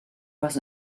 was